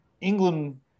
England